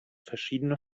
verschiedene